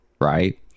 right